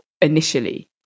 initially